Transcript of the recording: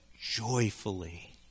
joyfully